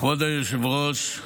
כבוד היושב-ראש,